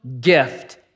gift